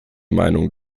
meinung